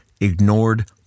ignored